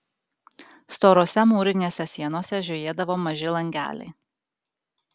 storose mūrinėse sienose žiojėdavo maži langeliai